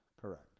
Correct